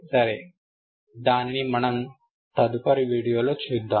సరే దానిని మనము తదుపరి వీడియోలో చూద్దాము